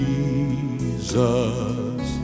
Jesus